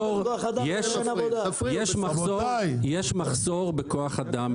יש מחסור בכוח אדם,